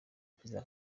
perezida